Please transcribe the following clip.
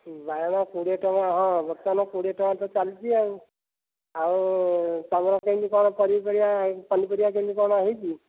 ହୁଁ ବାଇଗଣ କୋଡ଼ିଏ ଟଙ୍କା ହଁ ବର୍ତ୍ତମାନ କୋଡ଼ିଏ ଟଙ୍କା ତ ଚାଲିଛି ଆଉ ତମର କେମିତି କ'ଣ ପରିପରିବା ପନିପରିବା କେମିତି କ'ଣ ହେଇଛି